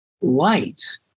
light